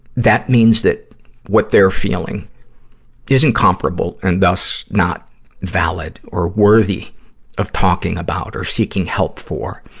that means that what they're feeling isn't comparable, and thus not valid or worthy of talking about or seeking help for.